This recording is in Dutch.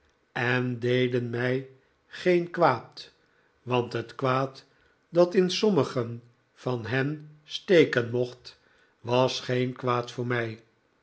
en deden mij geen kwaad want het kwaad dat in sommigen van hen steken mocht was geen kwaad voor mij